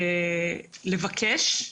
לבקש,